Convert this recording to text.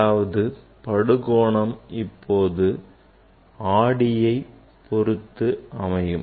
அதாவது படுகொணம் இப்போது ஆடியை பொருத்து அமையும்